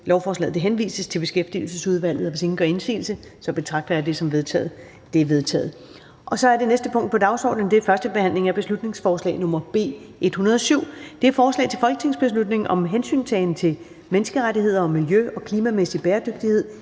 lovforslaget henvises til Beskæftigelsesudvalget. Hvis ingen gør indsigelse, betragter jeg det som vedtaget. Det er vedtaget. --- Det næste punkt på dagsordenen er: 9) 1. behandling af beslutningsforslag nr. B 107: Forslag til folketingsbeslutning om hensyntagen til menneskerettigheder og miljø- og klimamæssig bæredygtighed